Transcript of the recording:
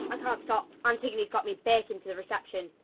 i can't stop. antigone's got me baking for the reception.